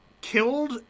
killed